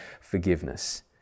forgiveness